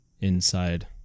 inside